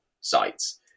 sites